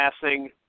passing